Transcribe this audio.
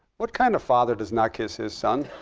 what kind of father does not kiss his son?